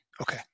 Okay